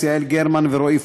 יעל גרמן ורועי פולקמן,